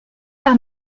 par